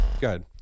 good